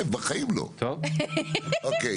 אוקיי.